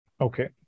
Okay